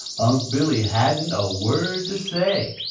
unc' billy hadn't a word to say.